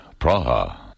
Praha